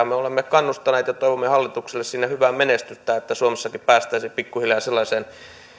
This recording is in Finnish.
me olemme kannustaneet ja toivomme hallitukselle sinne hyvää menestystä että suomessakin päästäisiin pikkuhiljaa sellaiseen